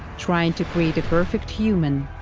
trying to create a perfect human.